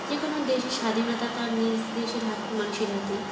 যে কোনো দেশের স্বাধীনতা তার নিজ দেশের হাত মানুষের হাতেই